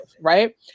right